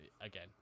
Again